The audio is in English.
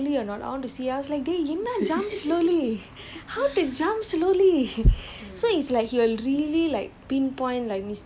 so he will like ask you to there was once my coach like okay can you jump slowly or not I want to see I was like dey என்ன:enna jump slowly